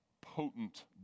potent